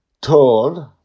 told